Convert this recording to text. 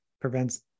prevents